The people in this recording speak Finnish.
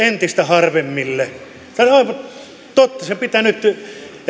entistä harvemmille tämä on totta se pitää nyt